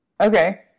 Okay